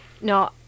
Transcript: no